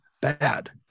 bad